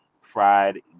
fried